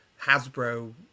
Hasbro